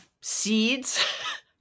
seeds